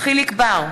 יחיאל חיליק בר,